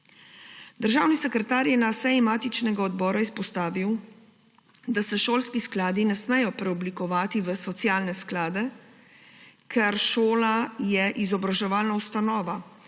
Državni sekretar je na seji matičnega odbora izpostavil, da se šolski skladi ne smejo preoblikovati v socialne sklade, ker šola je izobraževalna ustanova,